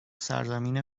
سرزمین